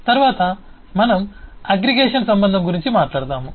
తరువాత మనం అగ్రిగేషన్ సంబంధం గురించి మాట్లాడుతాము